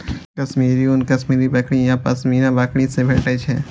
कश्मीरी ऊन कश्मीरी बकरी आ पश्मीना बकरी सं भेटै छै